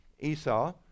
Esau